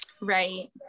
Right